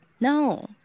no